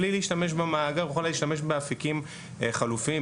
בלי להשתמש במאגר הוא יוכל להשתמש באפיקים חלופיים.